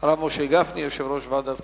הרב משה גפני, יושב-ראש ועדת הכספים.